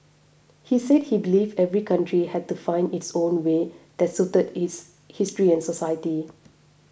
he said he believed every country had to find its own way that suited its history and society